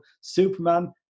Superman